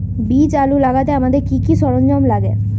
বীজ আলু লাগাতে আমাদের কি কি সরঞ্জাম লাগে?